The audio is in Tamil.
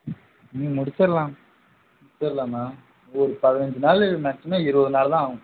ம் முடிச்சிரலாம் முடிச்சிரலாம் மேம் ஒரு பதினஞ்சு நாள் இது மேக்ஸிமம் இருபது நாள் தான் ஆவும்